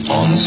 on